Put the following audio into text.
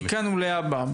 מכאן ולהבא,